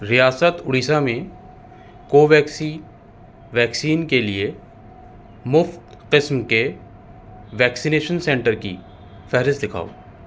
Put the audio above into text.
ریاست اڑیشہ میں کو ویکسین کے لیے مفت قسم کے ویکسینیشن سینٹر کی فہرست دکھاؤ